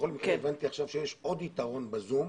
בכל מקרה הבנתי עכשיו שיש עוד יתרון ב-זום.